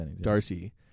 Darcy